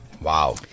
Wow